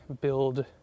build